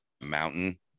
mountain